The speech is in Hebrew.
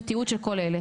ותיעוד של כל אלה,